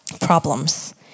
problems